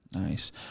Nice